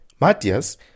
Matias